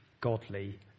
godly